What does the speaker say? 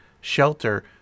shelter